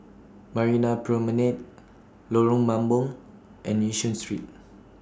Marina Promenade Lorong Mambong and Yishun Street